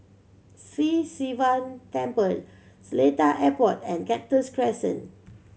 Sri Sivan Temple Seletar Airport and Cactus Crescent